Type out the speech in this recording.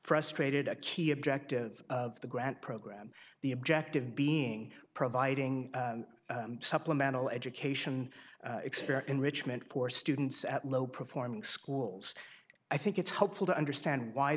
frustrated a key objective of the grant program the objective being providing supplemental education experience enrichment for students at low performing schools i think it's helpful to understand why